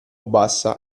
bassa